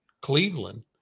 Cleveland